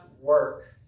work